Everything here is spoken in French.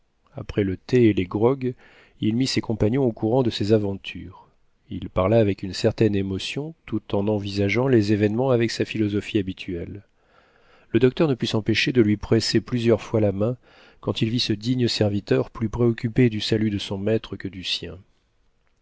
après le thé et les grogs il mit ses compagnons au courant de ses aventures il parla avec une certaine émotion tout en envisageant les événements avec sa philosophie habituelle le docteur ne put s'empêcher de lui presser plusieurs fois la main quand il vit ce digne serviteur plus préoccupé du salut de son maître que du sien